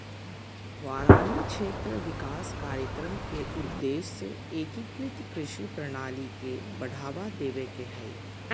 वारानी क्षेत्र विकास कार्यक्रम के उद्देश्य एकीकृत कृषि प्रणाली के बढ़ावा देवे के हई